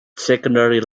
secondary